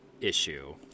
issue